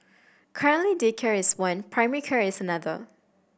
currently daycare is one primary care is another